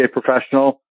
professional